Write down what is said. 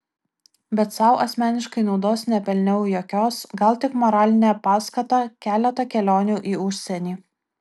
bet sau asmeniškai naudos nepelniau jokios gal tik moralinę paskatą keletą kelionių į užsienį